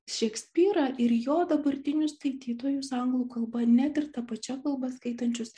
šekspyrą ir jo dabartinius skaitytojus anglų kalba net ir ta pačia kalba skaitančius